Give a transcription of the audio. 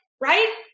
right